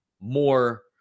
more